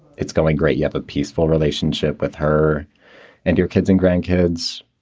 it's going great, you have a peaceful relationship with her and your kids and grandkids.